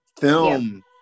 film